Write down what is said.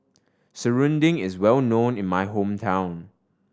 Serunding is well known in my hometown